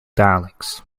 dialects